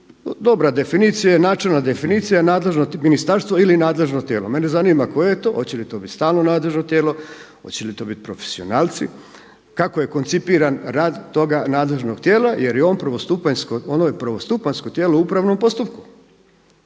Dobra definicija je načelna definicija, nadležno ministarstvo ili nadležno tijelo. Mene zanima koje je to, hoće li to biti stalno nadležno tijelo, hoće li to biti profesionalci, kako je koncipiran rad toga nadležnog tijela jer je on prvostupanjsko, ono je prvostupanjsko tijelo u upravnom postupku.